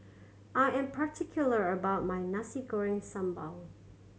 I am particular about my Nasi Goreng Sambal